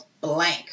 Blank